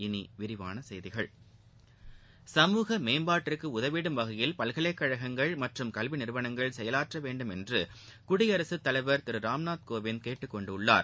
இனி விரிவான செய்திகள் சமூக மேம்பாட்டிற்கு உதவிடும் வகையில் பல்கலைகழகங்கள் மற்றும் கல்வி நிறுவனங்கள் செயலாற்ற வேண்டும் என்று குடியரசு தலைவர் திரு ராம்நாத் கோவிந்த் கேட்டுக்கொண்டுள்ளார்